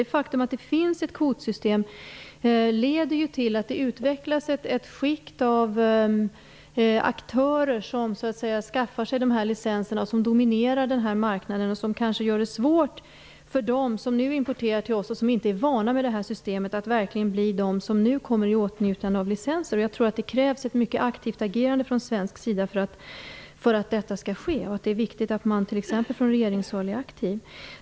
Det faktum att det finns ett kvotsystem leder ju till att det utvecklas ett skikt av aktörer som så att säga skaffar sig de här licenserna, som dominerar den här marknaden och som kanske gör det svårt för dem som nu exporterar till oss, och som inte är vana vid det här systemet, att verkligen bli de som nu kommer i åtnjutande av licenser. Jag tror att det krävs ett mycket aktivt agerande från svensk sida för att detta skall ske. Det är viktigt att man t.ex. från regeringshåll är aktiv.